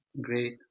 Great